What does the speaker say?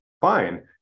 Fine